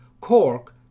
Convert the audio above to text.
Cork